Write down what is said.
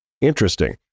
Interesting